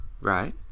Right